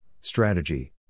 strategy